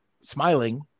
smiling